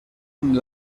amb